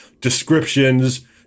descriptions